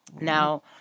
Now